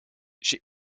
she